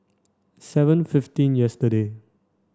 seven fifteen yesterday